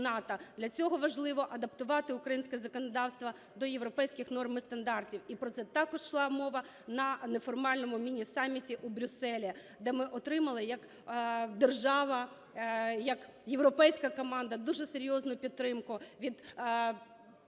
Для цього важливо адаптувати українське законодавство до європейських норм і стандартів. І про це також йшла мова на неформальному міні-саміті у Брюсселі, де ми отримали як держава, як європейська команда дуже серйозну підтримку від трьох